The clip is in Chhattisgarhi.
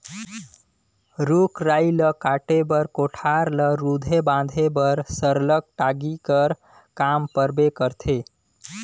रूख राई ल काटे बर, कोठार ल रूधे बांधे बर सरलग टागी कर काम परबे करथे